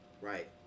Right